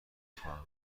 خواهم